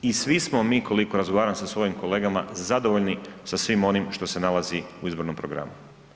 I svi smo mi koliko razgovaram sa svojim kolegama zadovoljni sa svim onim što se nalazi u izbornom programu.